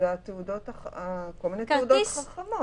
כל מיני תעודות חכמות.